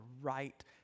right